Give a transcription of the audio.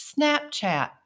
Snapchat